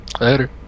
Later